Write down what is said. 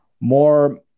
more